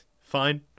fine